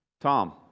Tom